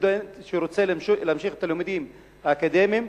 מי שרוצה להמשיך ללימודים האקדמיים,